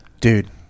dude